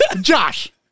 Josh